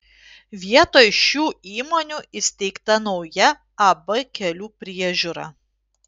vietoj šių įmonių įsteigta nauja ab kelių priežiūra